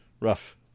rough